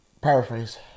Paraphrase